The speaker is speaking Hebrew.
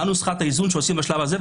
מה נוסחת האיזון שעושים בשלב הזה,